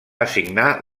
assignar